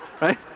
right